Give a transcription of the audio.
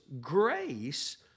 grace